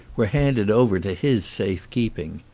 were handed over to his safe-keeping.